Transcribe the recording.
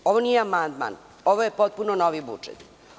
Ovo nije amandman, ovo je potpuno novi budžet.